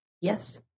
Yes